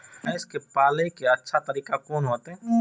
भैंस के पाले के अच्छा तरीका कोन होते?